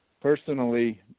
personally